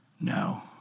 No